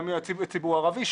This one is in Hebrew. גם בציבור הערבי,